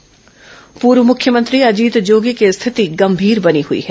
अजीत जोगी बीमार पूर्व मुख्यमंत्री अजीत जोगी की स्थिति गंभीर बनी हुई है